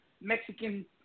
Mexican